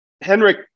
Henrik